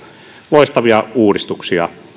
loistavia uudistuksia